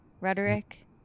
rhetoric